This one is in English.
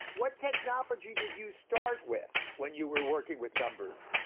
what technology did you start with when you were working with numbers.